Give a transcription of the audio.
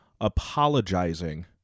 apologizing